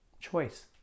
Choice